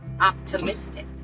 Optimistic